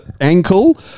ankle